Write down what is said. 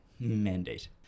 mandate